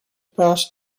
patch